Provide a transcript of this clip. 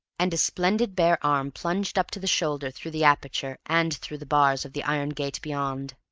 and a splendid bare arm plunged up to the shoulder through the aperture, and through the bars of the iron gate beyond.